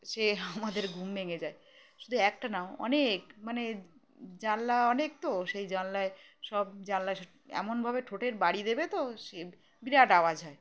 সে আমাদের ঘুম ভেঙে যায় শুধু একটা না অনেক মানে জানলা অনেক তো সেই জানলায় সব জানলায় এমন ভাবে ঠোঁটের বাড়ি দেবে তো সে বিরাট আওয়াজ হয়